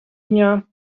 дня